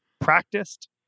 practiced